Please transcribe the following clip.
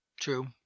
True